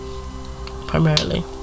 primarily